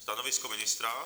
Stanovisko ministra?